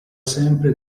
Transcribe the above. sempre